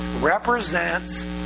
represents